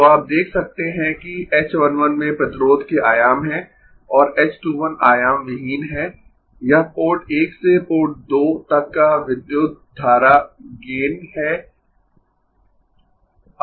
तो आप देख सकते है कि h 1 1 में प्रतिरोध के आयाम है और h 2 1 आयामविहीन है यह पोर्ट 1 से पोर्ट 2 तक का विद्युत धारा गेन है